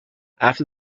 after